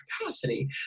capacity